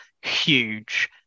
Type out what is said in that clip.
Huge